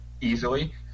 easily